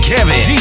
Kevin